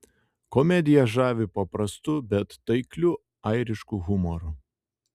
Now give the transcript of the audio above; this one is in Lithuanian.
komedija žavi paprastu bet taikliu airišku humoru